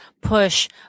push